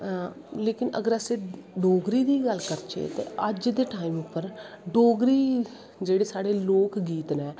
लेकिन अस डोगरी दी गल्ल करचै ते अज्ज दे टाईम पर डोगरी जेह् ड़ेसाढ़े लोक गीत नै